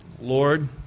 Lord